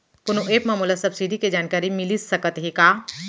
कोनो एप मा मोला सब्सिडी के जानकारी मिलिस सकत हे का?